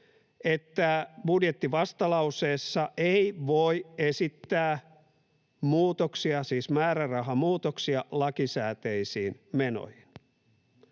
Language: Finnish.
että budjettivastalauseessa ei voi esittää määrärahamuutoksia lakisääteisiin menoihin.